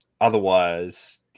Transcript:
otherwise